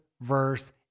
verse